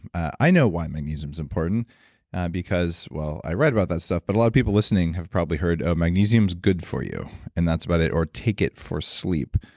i know why magnesium is important because well, i read other that stuff, but a lot of people listening have probably heard of magnesium is good for you and that's about it or take it for sleep.